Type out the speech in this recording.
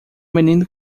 menino